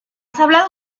hablado